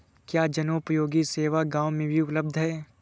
क्या जनोपयोगी सेवा गाँव में भी उपलब्ध है?